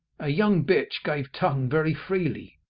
a young bitch gave tongue very freely,